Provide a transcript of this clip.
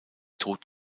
tot